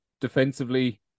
defensively